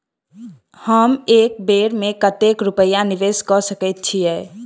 हम एक बेर मे कतेक रूपया निवेश कऽ सकैत छीयै?